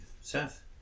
Seth